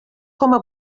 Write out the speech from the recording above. coma